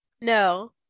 No